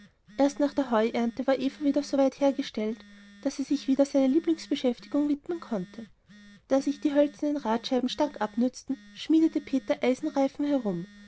erst nach der heuernte war eva soweit hergestellt daß er sich wieder seiner lieblingsbeschäftigung widmen konnte da sich die hölzernen radscheiben stark abnutzten schmiedete peter eisenreifen herum